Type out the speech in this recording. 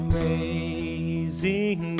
Amazing